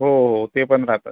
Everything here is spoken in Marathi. हो हो हो ते पण राहतं